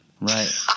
Right